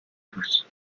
douce